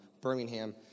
Birmingham